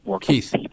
Keith